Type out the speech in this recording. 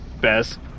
best